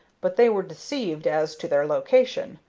but they were deceived as to their location,